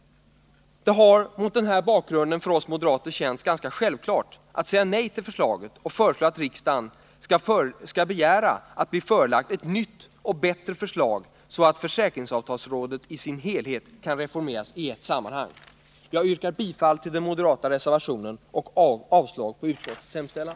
Det har mot denna bakgrund för oss moderater känts ganska självklart att säga nej till förslaget och att föreslå att riksdagen skall begära att bli förelagd ett nytt och bättre förslag, så att försäkringsavtalsområdet i sin Nr 56 helhet kan reformeras i ett sammanhang. Jag yrkar bifall till den moderata Tisdagen den reservationen och avslag på utskottets hemställan.